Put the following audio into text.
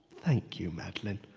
thank you, madeleine.